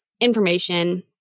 information